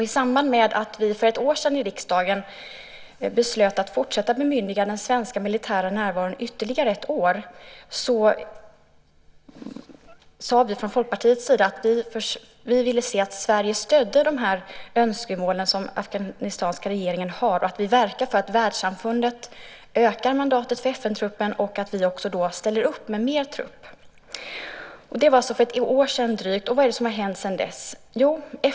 I samband med att vi för ett år sedan i riksdagen beslutade att bemyndiga den svenska militära närvaron ytterligare ett år sade vi från Folkpartiets sida att vi ville se att Sverige stödde de önskemål som den afghanska regeringen har och att vi verkar för att världssamfundet ökar mandatet för FN-truppen och att vi då också ställer upp med mer trupp. Det var för drygt ett år sedan. Vad har hänt sedan dess?